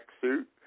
suit